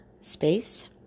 space